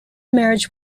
marriage